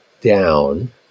down